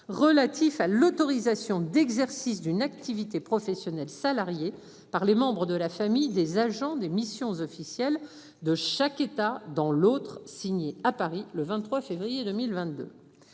relatif à l'autorisation d'exercice d'une activité professionnelle salariée par les membres de la famille des agents des missions officielles de chaque État. Dans l'autre signé à Paris le 23 février 2022.